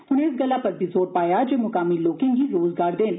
उनें इस गल्ला पर बी जोर पाया जे मुकामी लोकें गी रोज़गार देन